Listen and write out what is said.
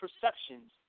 perceptions